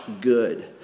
good